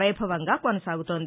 వైభవంగా కానసాగుతోంది